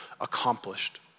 accomplished